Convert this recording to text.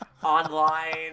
Online